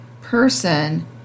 person